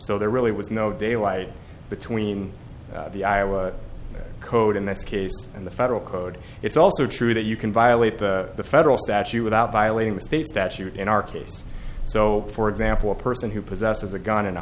so there really was no daylight between the iowa code in this case and the federal code it's also true that you can violate the federal statute without violating the state statute in our case so for example a person who possesses a gun in a